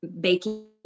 baking